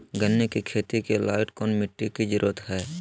गन्ने की खेती के लाइट कौन मिट्टी की जरूरत है?